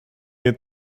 you